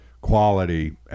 quality